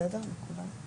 בסדר, מקובל?